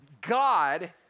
God